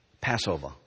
Passover